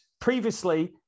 Previously